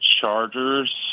Chargers